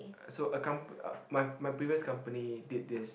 uh so a com~ my my previous company did this